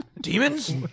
Demons